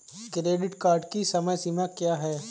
Credit card की समय सीमा क्या है?